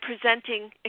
presenting